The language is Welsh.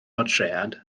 bortread